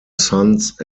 sons